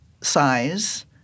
size